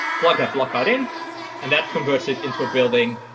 plug that block out in and that converts it into a building.